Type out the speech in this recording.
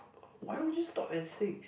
why would you stop at six